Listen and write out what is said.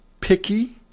picky